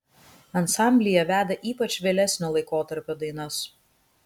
ansamblyje veda ypač vėlesnio laikotarpio dainas